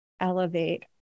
elevate